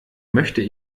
möchte